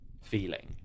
feeling